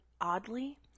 oddly